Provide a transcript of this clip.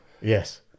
Yes